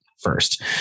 first